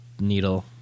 needle